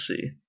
see